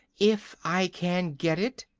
if i can get it,